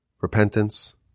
repentance